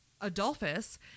Adolphus